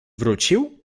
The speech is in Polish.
wrócił